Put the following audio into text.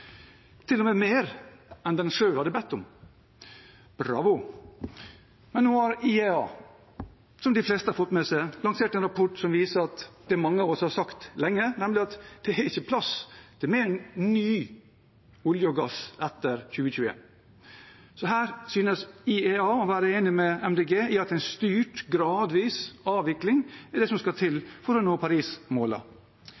mer enn de selv hadde bedt om. Bravo! Nå har IEA, som de fleste har fått med seg, lansert en rapport som viser det mange av oss har sagt lenge, nemlig at det ikke er plass til mer ny olje og gass etter 2021. Så her synes IEA å være enig med Miljøpartiet De Grønne i at en styrt, gradvis avvikling er det som skal til